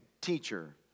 Teacher